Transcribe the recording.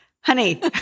Honey